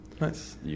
Nice